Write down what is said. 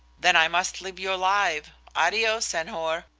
then i must live you alive adios, senhor!